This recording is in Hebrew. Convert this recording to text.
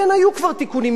לפני שנים רבות,